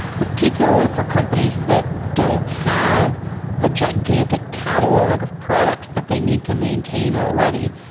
particularly for companies that don't have a gigantic catalog of products that they need to maintain already.